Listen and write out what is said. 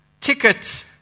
ticket